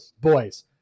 boys